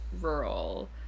rural